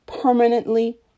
permanently